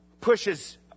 pushes